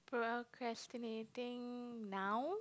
procrastinating now